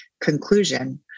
conclusion